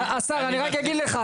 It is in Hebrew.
השר אני רק יגיד לך,